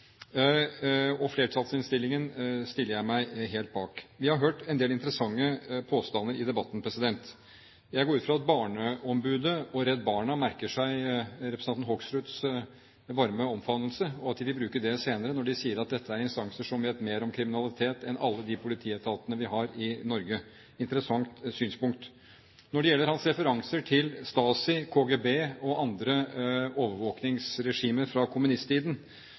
og flertallsinnstillingen stiller jeg meg helt bak. Vi har hørt en del interessante påstander i debatten. Jeg går ut fra at barneombudet og Redd Barna merker seg representanten Hoksruds varme omfavnelse, og at de vil bruke det senere, når Fremskrittspartiet sier at dette er instanser som vet mer om kriminalitet enn alle de politietatene vi har i Norge. Det er et interessant synspunkt. Når det gjelder hans referanser til Stasi, KGB og andre overvåkningsregimer fra kommunisttiden,